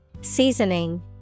Seasoning